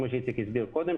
כפי שאיציק דניאל הסביר קודם,